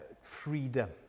freedom